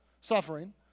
suffering